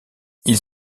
ils